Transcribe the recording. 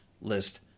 list